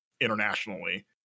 internationally